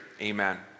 Amen